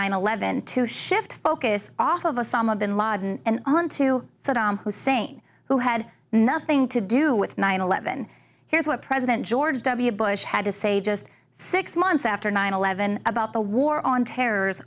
nine eleven to shift focus off of osama bin laden and on to saddam hussein who had nothing to do with nine eleven here's what president george w bush had to say just six months after nine eleven about the war on terroris